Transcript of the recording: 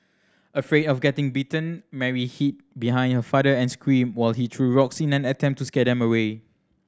afraid of getting bitten Mary hid behind her father and screamed while he threw rocks in an attempt to scare them away